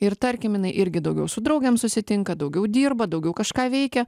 ir tarkim jinai irgi daugiau su draugėm susitinka daugiau dirba daugiau kažką veikia